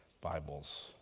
Bibles